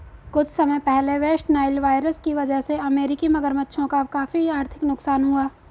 कुछ समय पहले वेस्ट नाइल वायरस की वजह से अमेरिकी मगरमच्छों का काफी आर्थिक नुकसान हुआ